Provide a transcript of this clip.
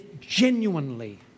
genuinely